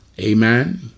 Amen